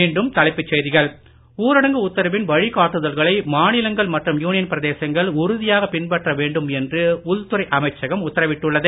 மீண்டும் தலைப்புச் செய்திகள் ஊரடங்கு உத்தரவின் வழிக்காட்டுதல்களை மாநிலங்கள் மற்றும் யூனியன் பிரதேசங்கள் உறுதியாக பின்பற்ற வேண்டும் என்று உள்துறை அமைச்சகம் உத்தரவிட்டுள்ளது